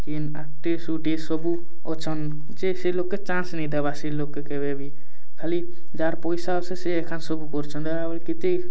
କେନ ଗୋଟିଏ ସବୁ ଅଛନ ଯେ ସେଇ ଲୋକକେ ଚାନ୍ସ ନାଇଁ ଦେବା ସେଇ ଲୋକକେ କେବେ ବି ଖାଲି ଯାର ପଇସା ଆସେ ସେ ଏଖାନ ସବୁ କରଛନ ଦେଖଲା ବେଲେ କେତେ